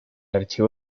archivo